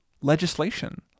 legislation